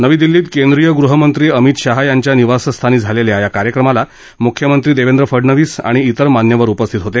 नवी दिल्लीत केंद्रीय गृहमंत्री अमित शाह यांच्या निवासस्थानी झालेल्या या कार्यक्रमाला मुख्यमंत्री देवेंद्र फडणवीस आणि इतर मान्यवर उपस्थित होते